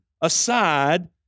aside